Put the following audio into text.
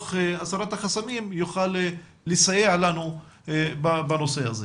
הדו"ח הסרת החסמים יוכל לסייע לנו בנושא הזה.